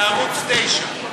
מערוץ 9?